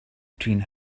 between